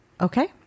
Okay